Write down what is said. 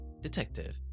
Detective